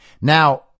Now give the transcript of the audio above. Now